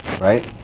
right